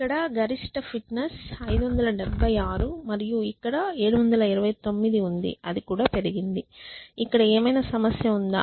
ఇక్కడ గరిష్ట ఫిట్నెస్ 576 మరియు అక్కడ 729 ఉంది అది కూడా పెరిగింది ఇక్కడ ఏదైనా సమస్య ఉందా